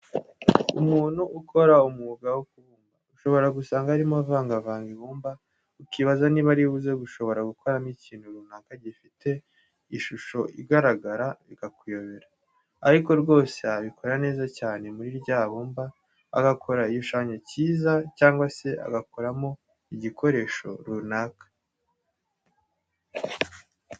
Umuntu ukora umwuga wo kubumba, ushobora gusanga arimo avangavanga ibumba ukibaza niba ari buze gushobora gukoramo ikintu runaka gifite uishusho igaragara bikakuyobera ariko rwose abikora neza cyane muri rya bumba agakora igishushanyo kiza cyangwa se agakoramo igikoresho runaka.